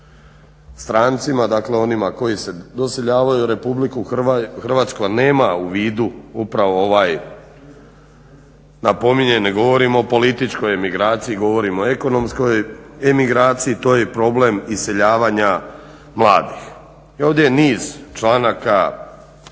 strancima, dakle onima koji se doseljavaju u Republiku Hrvatsku a nema u vidu upravo ovaj napominjem ne govorim o političkoj emigraciji, govorim o ekonomskoj emigraciji. To je i problem iseljavanja mladih. I ovdje je niz članaka čak